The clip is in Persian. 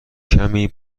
کمی